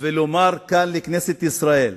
לומר כאן לכנסת ישראל,